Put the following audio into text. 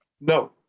No